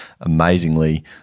amazingly